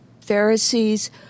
Pharisees